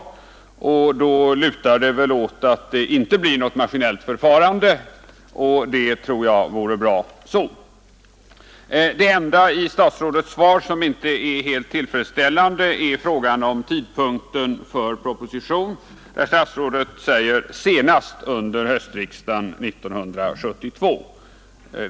Det lutar väl åt att det inte blir något sådant, och det tror jag vore bra. Det enda i statsrådets svar som inte är helt tillfredsställande är frågan om tidpunkten för propositionen. Statsrådet säger att den kommer senast under höstriksdagen 1972.